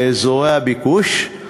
באזורי הביקוש,